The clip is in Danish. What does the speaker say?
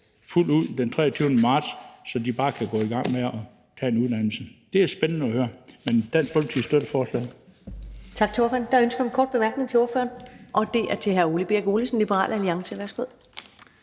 fuldt ud den 23. marts, så de bare kan gå i gang med at tage en uddannelse. Det er spændende at høre. Men Dansk Folkeparti støtter forslaget.